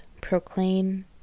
proclaim